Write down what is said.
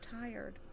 tired